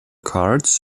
carts